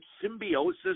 symbiosis